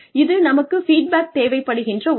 இது நமக்கு ஃபீட்பேக் தேவைப்படுகின்ற ஒன்று